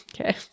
okay